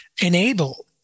enable